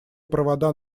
провода